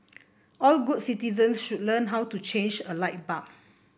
all good citizens should learn how to change a light bulb